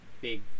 Big